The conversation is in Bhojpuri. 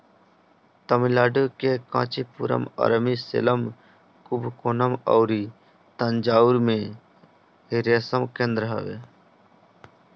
तमिलनाडु के कांचीपुरम, अरनी, सेलम, कुबकोणम अउरी तंजाउर में रेशम केंद्र हवे